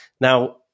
Now